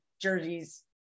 jerseys